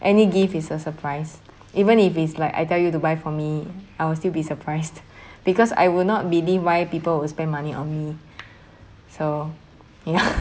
any gift is a surprise even if it's like I tell you to buy for me I will still be surprised because I will not believe why people will spend money on me so ya